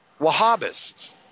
Wahhabists